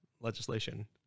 legislation